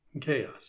chaos